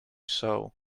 sow